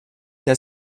der